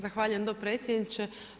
Zahvaljujem dopredsjedniče.